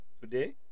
today